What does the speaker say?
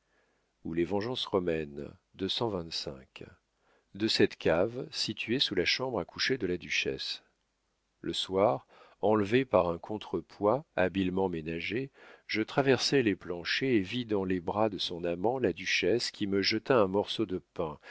ou les vengeances romaines de de cette cave située sous la chambre à coucher de la duchesse le soir enlevé par un contre-poids habilement ménagé je traversai les planchers et vis dans les bras de son amant la duchesse qui me jeta un morceau de pain